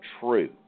true